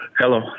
Hello